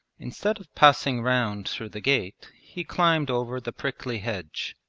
instead of passing round through the gate he climbed over the prickly hedge,